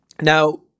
Now